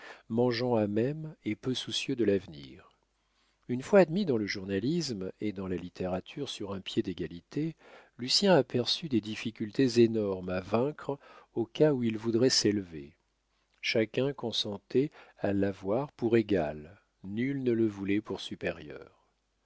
mangeant à même et peu soucieux de l'avenir une fois admis dans le journalisme et dans la littérature sur un pied d'égalité lucien aperçut des difficultés énormes à vaincre au cas où il voudrait s'élever chacun consentait à l'avoir pour égal nul ne le voulait pour supérieur